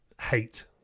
hate